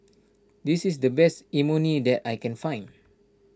this is the best Imoni that I can find